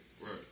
Right